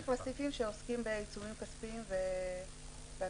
כך לסעיפים שעוסקים בעיצומים כספיים והתוספת.